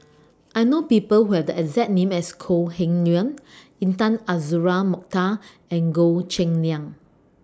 I know People Who Have The exact name as Kok Heng Leun Intan Azura Mokhtar and Goh Cheng Liang